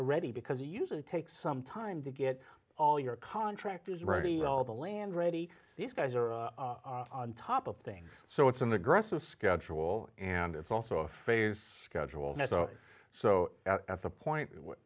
ready because usually takes some time to get all your contractors ready all the land ready these guys are on top of things so it's an aggressive schedule and also a phase schedule so at the point what